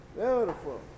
Beautiful